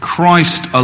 Christ